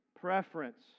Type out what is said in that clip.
preference